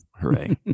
hooray